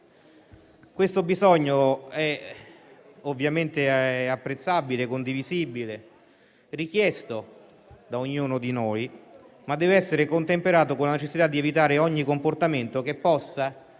Questo bisogno, ovviamente apprezzabile e condivisibile, è richiesto da ognuno di noi, ma dev'essere contemperato con la necessità di evitare ogni comportamento che possa pregiudicare